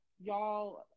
y'all